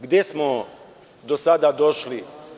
Gde smo do sada došli?